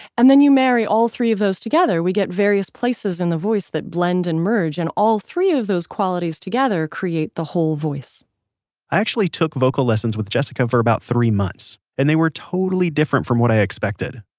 and then you marry all three of those together we get various places in the voice that blend and merge, and all three of those qualities together create the whole voice i actually took vocal lessons with jessica for about three months. and they were totally different from what i had expected.